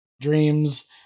dreams